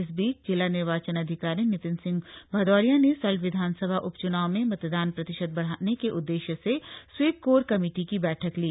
इस बीच जिला निर्वाचन अधिकारी नितिन सिंह भदौरिया ने सल्ट विधानसभा उपच्नाव में मतदान प्रतिशत बढ़ाने के उद्देश्य से स्वीप कोर कमेटी की बैठक ली